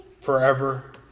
forever